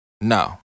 No